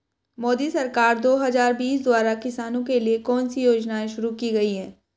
मोदी सरकार दो हज़ार बीस द्वारा किसानों के लिए कौन सी योजनाएं शुरू की गई हैं?